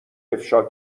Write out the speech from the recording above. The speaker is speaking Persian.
افشا